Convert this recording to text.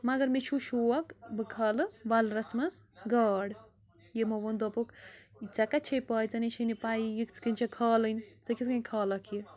مگر مےٚ چھُو شوق بہٕ کھالہٕ وَلرَس منٛز گاڈ یِمو ووٚن دوٚپُکھ ژےٚ کتہِ چھےٚ پےَ ژےٚ نے چھےٚ نہٕ پَیی یہِ کِتھٕ کٔنۍ چھےٚ کھالٕنۍ ژےٚ کِتھٕ کٔنۍ کھالکھ یہِ